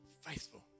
faithful